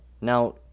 Now